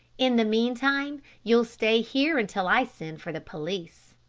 in the meantime you'll stay here until i send for the police.